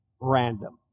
random